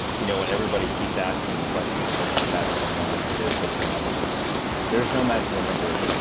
you know when everybody keeps asking me questions of, what's the magical number for this? what's the magical there is no magical number,